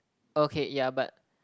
okay ya but